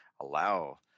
allow